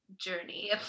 journey